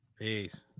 Peace